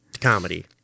Comedy